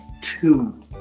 two